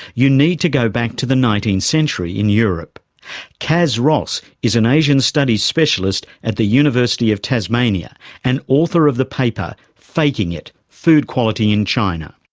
you need to go back to the nineteenth century in europekaz ross is an asian studies specialist at the university of tasmania and author of the paper faking it food quality in china.